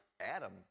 Adam